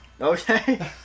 Okay